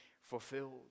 fulfilled